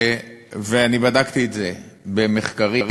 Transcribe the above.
ואני בדקתי את זה במחקרים,